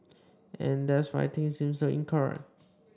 and that's why things seem so incoherent